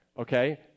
Okay